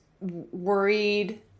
worried